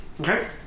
Okay